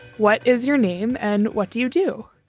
what is your name and what do you do?